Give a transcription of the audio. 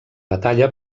batalla